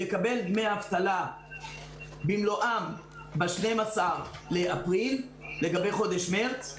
יקבל דמי אבטלה במלואם ב-12.4 לגבי חודש מרץ.